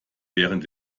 während